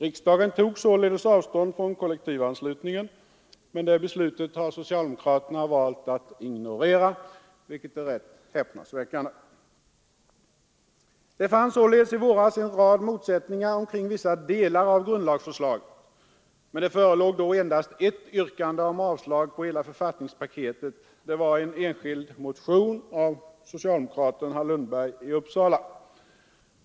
Riksdagen tog således avstånd från kollektivanslutningen, men det beslutet har socialdemokraterna valt att ignorera, vilket är rätt häpnadsväckande. Det fanns således i våras en rad motsättningar omkring vissa delar av grundlagsförslaget, men då förelåg endast ett yrkande om avslag på hela författningspaketet; det var i en enskild motion av socialdemokraten herr Lundberg från Uppsala.